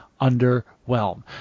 underwhelm